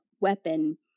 weapon